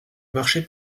marché